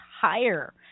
higher